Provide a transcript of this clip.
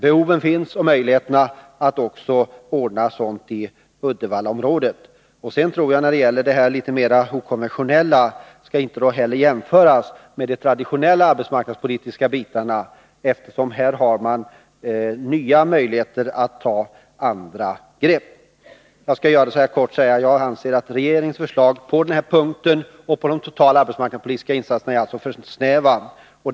Behoven finns liksom möjligheterna att ordna sådant i Uddevallaområdet. När det gäller det litet mer okonventionella tror jag inte att det skall jämföras med de traditionella arbetsmarknadspolitiska bitarna, eftersom man här har nya möjligheter att ta andra grepp. Jag skall göra det kort och säga: Jag anser att regeringens förslag på den här punkten och de totala arbetsmarknadspolitiska insatserna är för snäva.